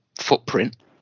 footprint